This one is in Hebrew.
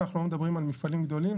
ואנחנו לא מדברים על מפעלים גדולים,